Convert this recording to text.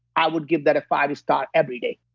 i would give that a five star every day